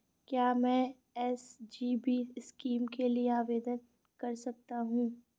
क्या मैं SGB scheme के लिए आवेदन कर सकता हूँ?